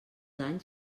anys